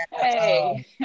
Hey